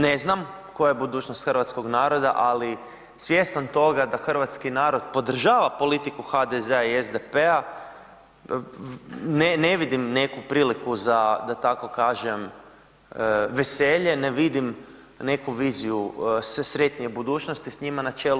Ne znam koja je budućnost hrvatskog naroda, ali svjestan toga da hrvatski narod podržava politiku HDZ-a i SDP-a ne vidim neku priliku za, da tako kažem, veselje, ne vidim neku viziju sretnije budućnosti s njima na čelu.